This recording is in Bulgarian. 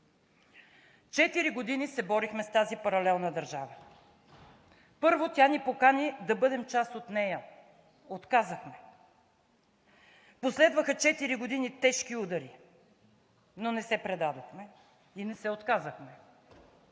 четири години се борихме с тази паралелна държава. Първо тя ни покани да бъдем част от нея – отказахме. Последваха четири години тежки удари, но не се предадохме и не се отказахме,